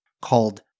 called